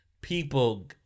people